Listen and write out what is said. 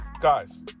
guys